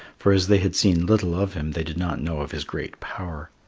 for as they had seen little of him they did not know of his great power.